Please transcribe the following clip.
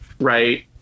right